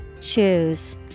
Choose